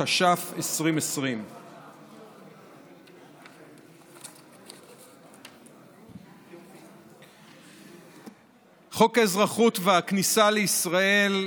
התש"ף 2020. חוק האזרחות והכניסה לישראל,